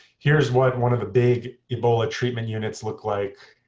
here's what one of the big ebola treatment units looked like